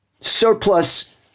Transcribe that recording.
surplus